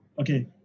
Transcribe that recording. Okay